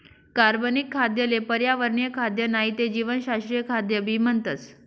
कार्बनिक खाद्य ले पर्यावरणीय खाद्य नाही ते जीवशास्त्रीय खाद्य भी म्हणतस